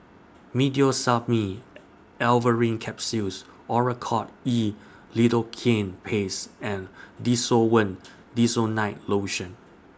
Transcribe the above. Meteospasmyl Alverine Capsules Oracort E Lidocaine Paste and Desowen Desonide Lotion